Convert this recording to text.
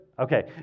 okay